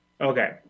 Okay